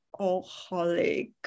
alcoholic